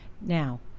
Now